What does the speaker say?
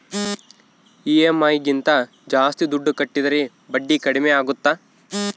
EMI ಗಿಂತ ಜಾಸ್ತಿ ದುಡ್ಡು ಕಟ್ಟಿದರೆ ಬಡ್ಡಿ ಕಡಿಮೆ ಆಗುತ್ತಾ?